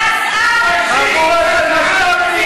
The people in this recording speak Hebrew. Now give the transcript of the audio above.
גזען, פאשיסט, חבורה של משת"פים.